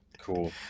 Cool